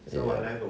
ya